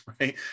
right